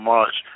March